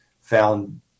found